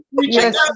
Yes